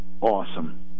Awesome